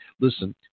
listen